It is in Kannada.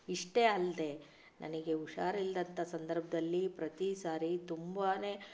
ಇಷ್ಟೇ ಅಲ್ಲದೆ ನನಗೆ ಹುಷಾರಿಲ್ಲದಂಥ ಸಂದರ್ಭದಲ್ಲಿ ಪ್ರತಿ ಸಾರಿ ತುಂಬಾನೇ